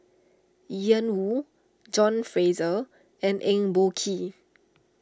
Ian Woo John Fraser and Eng Boh Kee